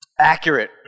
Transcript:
accurate